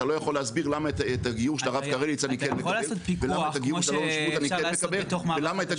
אתה לא יכול להסביר למה את הגיור של הרב קרליץ אני כן מקבל ולמה את